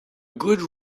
good